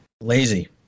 Lazy